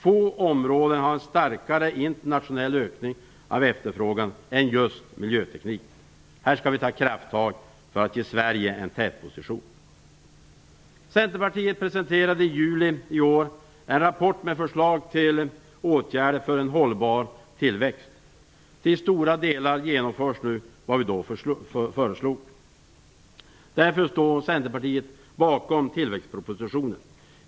Få områden har starkare internationell ökning av efterfrågan än just miljöteknik. Här skall vi ta krafttag för att ge Sverige en tätposition. Centerpartiet presenterade i juli i år en rapport med förslag till åtgärder för en hållbar tillväxt. Till stora delar genomförs nu vad vi då föreslog. Därför står Centerpartiet bakom tillväxtpropositionen.